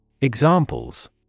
Examples